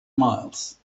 miles